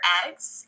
eggs